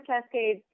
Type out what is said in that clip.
Cascade